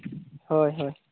ᱦᱳᱭ ᱦᱳᱭ